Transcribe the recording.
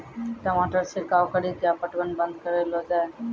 टमाटर छिड़काव कड़ी क्या पटवन बंद करऽ लो जाए?